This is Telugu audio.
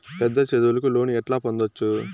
పెద్ద చదువులకు లోను ఎట్లా పొందొచ్చు